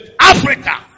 Africa